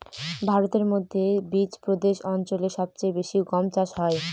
ভারতের মধ্যে বিচপ্রদেশ অঞ্চলে সব চেয়ে বেশি গম চাষ হয়